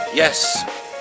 Yes